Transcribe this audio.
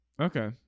okay